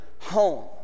home